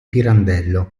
pirandello